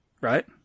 Right